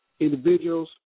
individuals